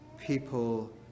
people